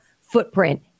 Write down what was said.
footprint